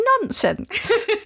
nonsense